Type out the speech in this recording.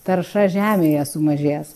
tarša žemėje sumažės